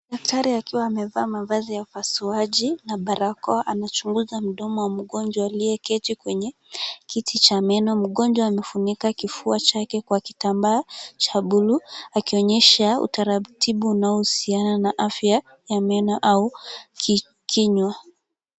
Daktari akiwa amevaa mavazi ya upasuaji na barakoa, anachunguza mdomo wa mgonjwa aliyeketi kwenye cha meno, mgonjwa anafunika kifua chake kwa kitambaa cha bluu akionyesha utaratibu unaohusiana na afya ya meno au kinywa.